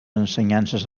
ensenyances